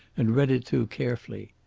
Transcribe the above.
and read it through carefully.